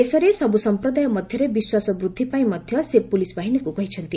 ଦେଶରେ ସବୁ ସମ୍ପ୍ରଦାୟ ମଧ୍ୟରେ ବିଶ୍ୱାସ ବୃଦ୍ଧି ପାଇଁ ମଧ୍ୟ ସେ ପୁଲିସ୍ ବାହିନୀକୁ କହିଛନ୍ତି